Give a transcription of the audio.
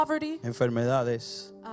enfermedades